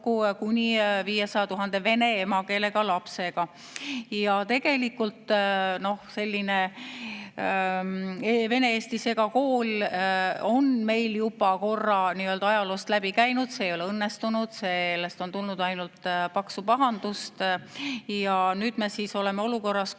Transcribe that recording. kuni 500 000 vene emakeelega lapsega. Selline vene-eesti segakool on meil juba korra ajaloost läbi käinud, see ei ole õnnestunud, sellest on tulnud ainult paksu pahandust. Ja nüüd me oleme olukorras, kus